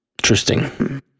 Interesting